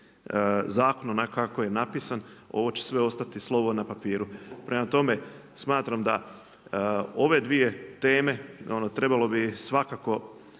zakon onako kako je napisan. Ovo će sve ostati slovo na papiru. Prema tome, smatram da ove 2 teme, trebalo bi ih svakako